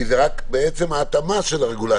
כי בעצם זאת רק ההתאמה של הרגולציה.